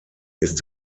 ist